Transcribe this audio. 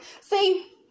See